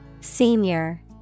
senior